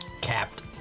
Capped